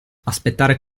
aspettare